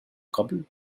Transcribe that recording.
قبل